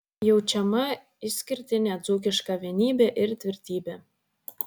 jaučiama išskirtinė dzūkiška vienybė ir tvirtybė